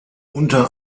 unter